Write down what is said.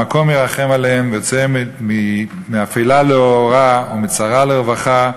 המקום ירחם עליהם ויוציאם מאפלה לאורה ומצרה לרווחה,